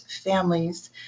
families